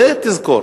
זה תזכור.